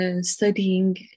studying